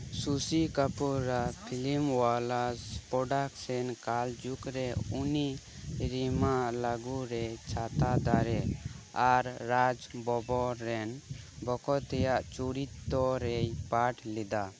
ᱥᱚᱥᱤ ᱠᱟᱯᱩᱨᱟᱜ ᱯᱷᱤᱞᱤᱢᱳᱭᱟᱞᱟᱥ ᱯᱨᱳᱰᱟᱠᱥᱮᱱ ᱠᱟᱞ ᱡᱩᱜᱽ ᱨᱮ ᱩᱱᱤ ᱨᱤᱢᱟ ᱞᱟᱜᱩ ᱨᱮ ᱪᱷᱟᱛᱟ ᱫᱟᱨᱮ ᱟᱨ ᱨᱟᱡᱽ ᱵᱚᱵᱽᱵᱚᱨ ᱨᱮᱱ ᱵᱚᱠᱚᱛ ᱛᱮᱭᱟᱜ ᱪᱩᱨᱤᱛ ᱨᱮᱭ ᱯᱟᱴᱷ ᱞᱮᱫᱟ